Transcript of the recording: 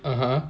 (uh huh)